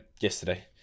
yesterday